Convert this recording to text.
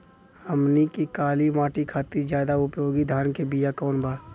हमनी के काली माटी खातिर ज्यादा उपयोगी धान के बिया कवन बा?